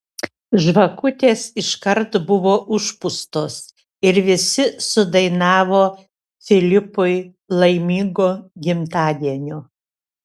žvakutės iškart buvo užpūstos ir visi sudainavo filipui laimingo gimtadienio